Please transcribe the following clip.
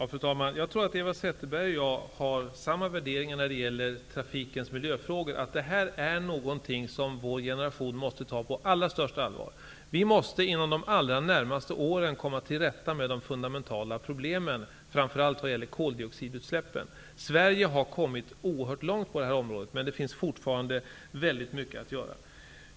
Fru talman! Jag tror att Eva Zetterberg och jag har samma värderingar när det gäller trafikens miljöfrågor, nämligen att de är någonting som vår generation måste ta på allra största allvar. Vi måste inom de allra närmaste åren komma till rätta med de fundamentala problemen, framför allt vad gäller koldioxidutsläppen. Sverige har kommit oerhört långt på det här området, men det finns fortfarande mycket att göra.